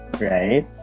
right